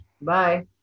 Bye